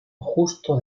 justo